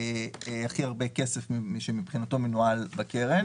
שמבחינתו מנוהל בקרן.